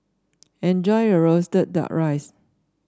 enjoy your roasted duck rice